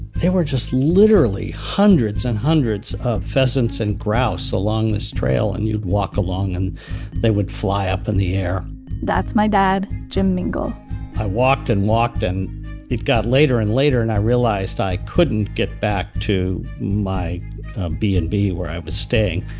just literally hundreds and hundreds of pheasants and grouse along this trail and you'd walk along and they would fly up in the air that's my dad, jim mingle i walked and walked, and it got later and later and i realized i couldn't get back to my b and b where i was staying.